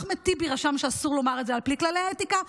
אחמד טיבי רשם שאסור לומר את זה על פי כללי האתיקה.